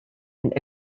and